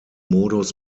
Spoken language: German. modus